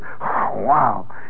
wow